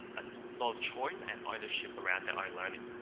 a lot of choice and ownership around their own learning.